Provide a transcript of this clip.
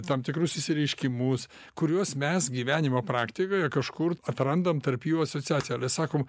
tam tikrus išsireiškimus kuriuos mes gyvenimo praktikoje kažkur atrandam tarp jų asociaciją ir sakom